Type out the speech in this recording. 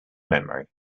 memory